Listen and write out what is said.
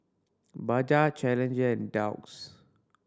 Bajaj Challenger and Doux